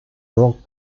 rock